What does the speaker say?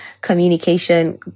Communication